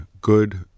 good